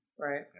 Right